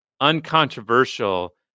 uncontroversial